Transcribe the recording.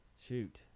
Shoot